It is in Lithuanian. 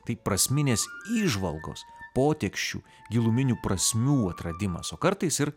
tai prasminės įžvalgos poteksčių giluminių prasmių atradimas o kartais ir